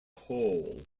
hole